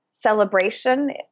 Celebration